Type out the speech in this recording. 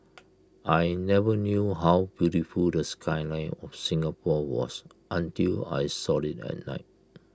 I never knew how beautiful the skyline of Singapore was until I saw IT at night